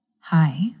Hi